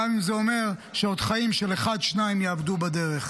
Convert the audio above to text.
גם אם זה אומר שחיים של אחד או שניים ייאבדו בדרך.